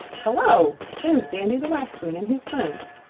hello! there's dandy the waxwing and his friends.